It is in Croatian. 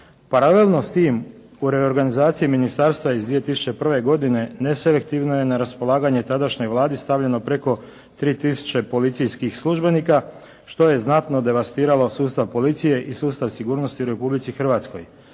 Paralelno s tim u reorganizaciji ministarstva iz 2001. godine neselektivno je na raspolaganje tadašnjoj Vladi stavljeno preko 3000 policijskih službenika što je znatno devastiralo sustav policije i sustav sigurnosti u Republici Hrvatskoj.